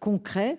concret